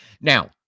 Now